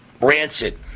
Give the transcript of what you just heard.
rancid